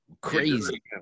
Crazy